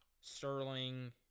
Sterling